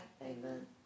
Amen